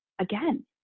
again